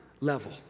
level